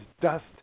dust